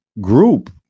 group